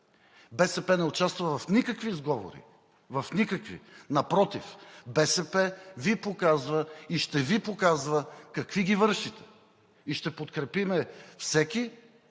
БСП не участва в никакви сговори, в никакви! Напротив, БСП Ви показва и ще Ви показва какви ги вършите, и ще подкрепим всеки,